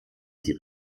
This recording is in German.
sie